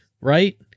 right